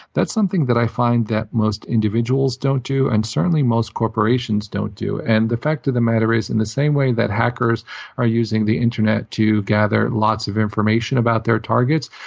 that's something that i find that most individuals don't do, and certainly most corporations don't do. and the fact of the matter is, in the same way that hackers are using the internet to gather lots of information about their targets,